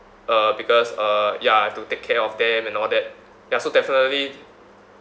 uh because uh ya I have to take care of them and all that ya so definitely